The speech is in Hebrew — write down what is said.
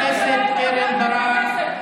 חברת הכנסת קרן ברק,